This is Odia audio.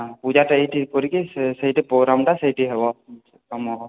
ଆଉ ପୂଜାଟା ଏଇଠି କରିକି ସେ ସେଇଟି ପ୍ରୋଗ୍ରାମ୍ଟା ସେଇଠି ହେବ ତୁମର